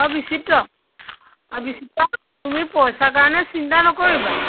অঁ বিচিত্ৰ বিচিত্ৰ তুমি পইচাৰ কাৰণে চিন্তা নকৰিবা